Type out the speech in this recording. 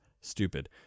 stupid